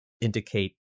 indicate